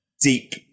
deep